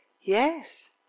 Yes